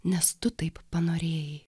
nes tu taip panorėjai